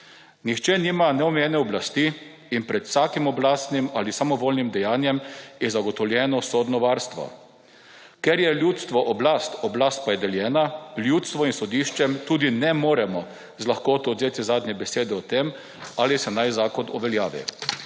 Nihče nima neomejene oblasti in pred vsakim oblastnim ali samovoljnim dejanjem je zagotovljeno sodno varstvo. Ker je ljudstvo oblast, oblast pa je deljena, ljudstvu in sodiščem tudi ne moremo z lahkoto odvzeti zadnje besede o tem, ali se naj zakon uveljavi.